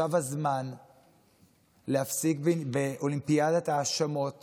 עכשיו הזמן להפסיק את אולימפיאדת ההאשמות